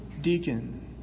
deacon